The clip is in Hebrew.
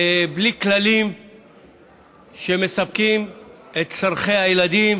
בלי כללים שמספקים את צורכי הילדים,